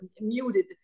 muted